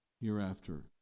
hereafter